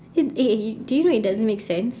eh eh do you know it doesn't make sense